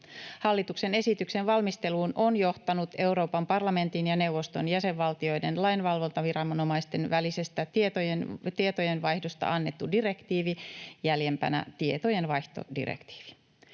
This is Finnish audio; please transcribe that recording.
Hallituksen esityksen valmisteluun on johtanut Euroopan parlamentin ja neuvoston jäsenvaltioiden lainvalvontaviranomaisten välisestä tietojenvaihdosta annettu direktiivi, jäljempänä tietojenvaihtodirektiivi.